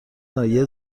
ناحیه